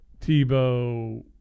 Tebow